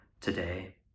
today